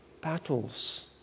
battles